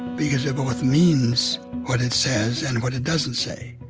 because it both means what it says and what it doesn't say.